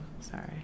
Sorry